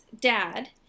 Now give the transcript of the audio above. dad